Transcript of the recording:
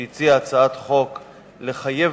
שהציע הצעת חוק לחייב